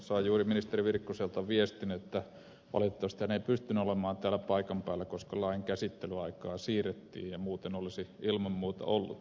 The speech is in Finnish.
sain juuri ministeri virkkuselta viestin että valitettavasti hän ei pystynyt olemaan täällä paikan päällä koska lain käsittelyaikaa siirrettiin ja muuten olisi ilman muuta ollut